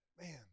Man